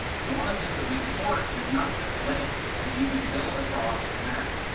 so one of the things that we support is not just linux, but you can build a cross mac,